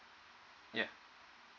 yeah